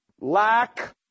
lack